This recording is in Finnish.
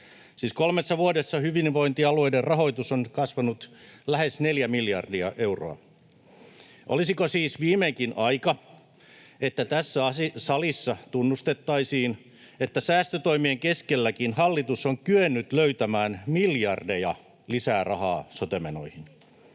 kolmessa vuodessa hyvinvointialueiden rahoitus on nyt kasvanut lähes 4 miljardia euroa. Olisiko siis viimeinkin aika, että tässä salissa tunnustettaisiin, että säästötoimien keskelläkin hallitus on kyennyt löytämään miljardeja lisää rahaa sote-menoihin?